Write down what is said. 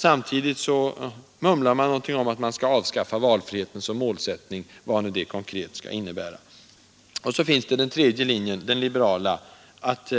Samtidigt mumlar man något om att man skall avskaffa valfriheten som målsättning, vad nu det konkret skall innebära. Så finns det den tredje linjen, den liberala, att